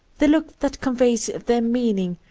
the look that conveys their meaning,